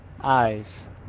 Eyes